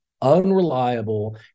unreliable